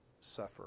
suffer